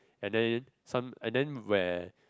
and they some and then where